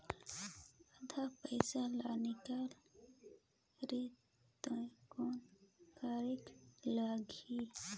आधा पइसा ला निकाल रतें तो कौन करेके लगही?